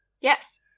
Yes